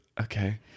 Okay